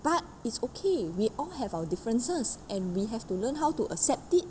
but it's okay we all have our differences and we have to learn how to accept it